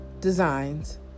Designs